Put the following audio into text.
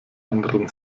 anderen